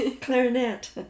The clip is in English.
Clarinet